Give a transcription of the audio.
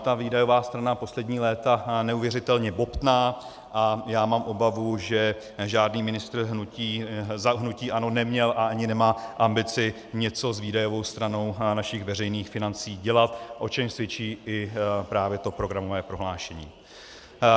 Ta výdajová strana poslední léta neuvěřitelně bobtná a já mám obavu, že žádný ministr za hnutí ANO neměl a ani nemá ambici něco s výdajovou stranou našich veřejných financí dělat, o čemž svědčí i právě programové prohlášení.